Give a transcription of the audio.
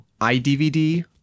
iDVD